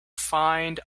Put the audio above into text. find